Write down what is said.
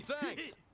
Thanks